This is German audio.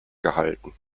gehalten